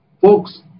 folks